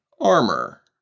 armor